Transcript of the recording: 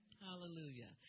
Hallelujah